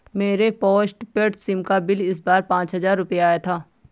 मेरे postpaid SIM का bill इस बार पाँच हजार रुपए आया था